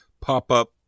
pop-up